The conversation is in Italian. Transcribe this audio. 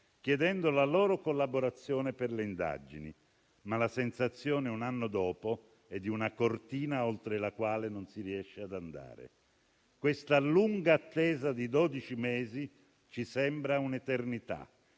chiedendo la loro collaborazione per le indagini. Ma la sensazione un anno dopo è di una cortina oltre la quale non si riesce ad andare. Questa lunga attesa di dodici mesi ci sembra un'eternità.